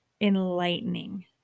enlightening